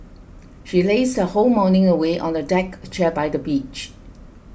she lazed her whole morning away on a deck chair by the beach